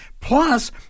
Plus